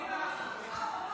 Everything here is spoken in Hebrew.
הוא אמר את זה?